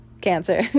cancer